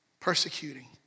persecuting